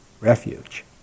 refuge